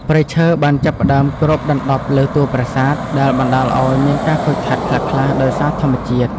ព្រៃឈើបានចាប់ផ្តើមគ្របដណ្តប់លើតួប្រាសាទ ដែលបណ្តាលឱ្យមានការខូចខាតខ្លះៗដោយសារធម្មជាតិ។